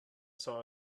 saw